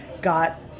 got